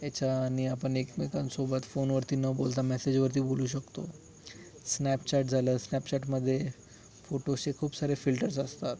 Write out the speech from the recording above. याच्यानी आपण एकमेकांसोबत फोनवरती नं बोलता मेसेजवरती बोलू शकतो स्नॅपचॅट झालं स्नॅपचॅटमध्ये फोटोजचे खूप सारे फिल्टर्स असतात